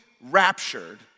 raptured